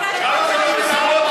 עשיתי?